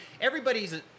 everybody's